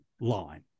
line